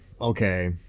okay